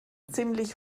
ziemlich